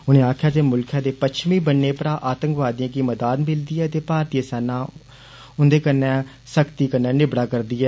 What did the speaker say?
उनें आक्खेआ जे मुल्खै दे पच्छमी बन्ने परा आतंकवादी गी मदाद मिलदी ऐ ते भारतीय सेना उन्दे कन्नै सख्ती कन्नै निबड़ो दी ऐ